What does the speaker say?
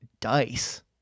dice